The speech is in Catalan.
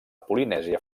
polinèsia